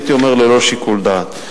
הייתי אומר: ללא שיקול דעת.